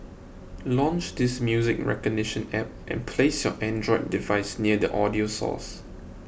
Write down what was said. launch this music recognition app and place your Android device near the audio source